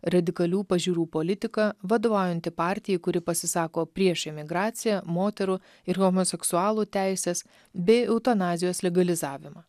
radikalių pažiūrų politiką vadovaujantį partijai kuri pasisako prieš imigraciją moterų ir homoseksualų teises bei eutanazijos legalizavimą